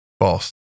False